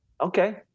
Okay